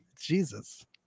Jesus